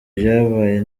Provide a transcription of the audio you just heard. ivyabaye